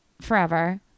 Forever